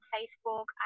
Facebook